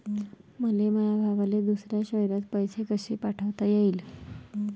मले माया भावाले दुसऱ्या शयरात पैसे कसे पाठवता येईन?